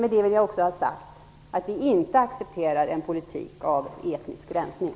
Med det vill jag också ha sagt att vi inte accepterar en politik som innebär etnisk rensning.